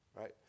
Right